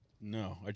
No